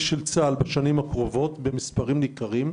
של צה"ל בשנים הקרובות במספרים ניכרים.